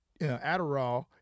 Adderall